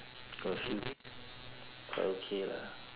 got a few quite okay lah